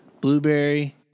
blueberry